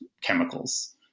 chemicals